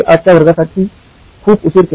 ३० च्या वर्गासाठी खूप उशीर केला